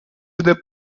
іде